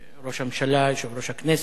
לראש הממשלה, יושב-ראש הכנסת,